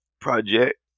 project